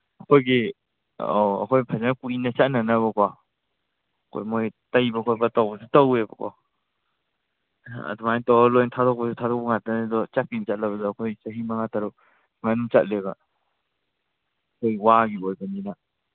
ꯑꯩꯈꯣꯏꯒꯤ ꯑꯧ ꯑꯩꯈꯣꯏ ꯐꯖꯅ ꯀꯨꯏꯅ ꯆꯠꯅꯅꯕꯀꯣ ꯑꯩꯈꯣꯏ ꯃꯣꯏ ꯇꯩꯕ ꯈꯣꯠꯄ ꯇꯧꯕꯁꯨ ꯇꯧꯋꯦꯕꯀꯣ ꯑꯗꯨꯃꯥꯏꯅ ꯇꯧꯔ ꯂꯣꯏꯅ ꯇꯧꯔ ꯊꯥꯗꯣꯛꯄꯁꯨ ꯊꯥꯗꯣꯛꯄ ꯉꯥꯛꯇꯅꯦ ꯑꯗꯣ ꯆꯠꯀꯦ ꯆꯠꯂꯕꯗ ꯑꯩꯈꯣꯏ ꯆꯍꯤ ꯃꯉꯥ ꯇꯔꯨꯛ ꯁꯨꯃꯥꯏ ꯅꯑꯗꯨꯝ ꯆꯠꯂꯦꯕ ꯑꯩꯈꯣꯏ ꯋꯥꯒꯤ ꯑꯣꯏꯕꯅꯤꯅ